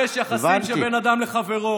יש יחסים של בין אדם לחברו.